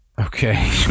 okay